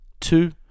Two